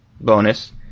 bonus